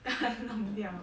弄掉